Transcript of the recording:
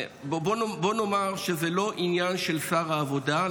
בוא נאמר שזה לא עניין של שר העבודה,